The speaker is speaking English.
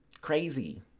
Crazy